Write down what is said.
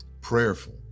prayerful